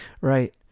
Right